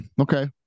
Okay